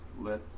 let